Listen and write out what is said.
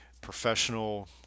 professional